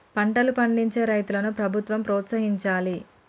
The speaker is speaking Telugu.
పంటలు పండించే రైతులను ప్రభుత్వం ప్రోత్సహించాలి